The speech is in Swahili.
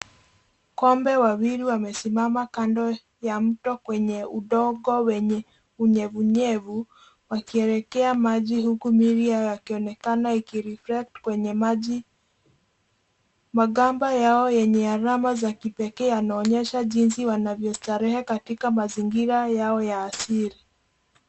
Kobe wawili wamesimama kando ya mto kwenye udongo wenye unyevunyevu wakielekea maji huku miili yakionekana iki Reflect kwenye maji. Magamba yao yenye alama za kipekee yanaonyesha jinsii wanavyostarehe katika mazingira yao ya asili.